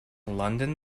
london